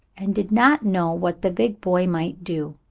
and did not know what the big boy might do.